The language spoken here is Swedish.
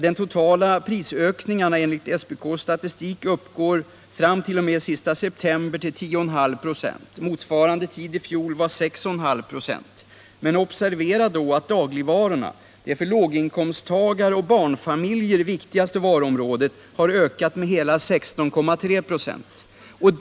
De totala prisökningarna enligt SPK:s statistik uppgår fram t.o.m. den sista september till 10,5 96. Motsvarande tid i fjol var de 6,5 26. Men observera att dagligvarorna, det för låginkomsttagare och barnfamiljer viktigaste varuområdet, har ökat med hela 16,3 96.